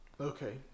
okay